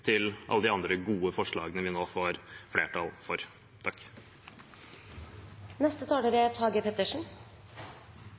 til alle de andre gode forslagene vi nå får flertall for.